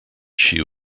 shoe